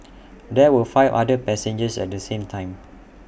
there were five other passengers at the time